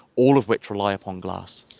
all of which rely upon glass.